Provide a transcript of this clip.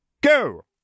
Go